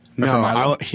No